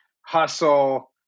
hustle